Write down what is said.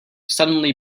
suddenly